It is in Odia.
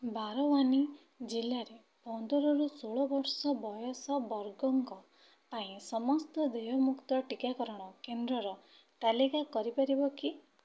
ବାରୱାନୀ ଜିଲ୍ଲାରେ ପନ୍ଦରରୁ ଷୋଳ ବର୍ଷ ବୟସ ବର୍ଗଙ୍କ ପାଇଁ ସମସ୍ତ ଦେୟମୁକ୍ତ ଟିକାକରଣ କେନ୍ଦ୍ରର ତାଲିକା କରିପାରିବ କି